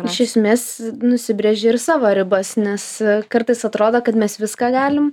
iš esmės nusibrėži ir savo ribas nes kartais atrodo kad mes viską galim